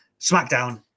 SmackDown